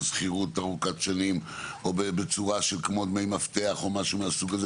שכירות ארוכת שנים או בצורה כמו דמי מפתח או משהו מהסוג הזה,